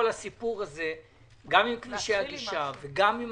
צריך להשקיע שם כסף,